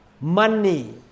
Money